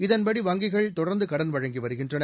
இதன்படி வங்கிகள் தொடர்ந்து கடன் வழங்கி வருகின்றன